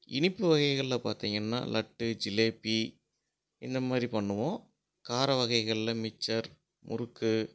இனிப்பு வகைகளில் பார்த்தீங்கன்னா லட்டு ஜிலேபி இந்த மாதிரி பண்ணுவோம் கார வகைகளில் மிச்சர் முறுக்கு